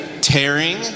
Tearing